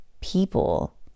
people